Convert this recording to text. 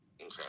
Okay